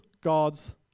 god's